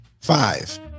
Five